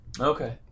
Okay